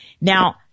Now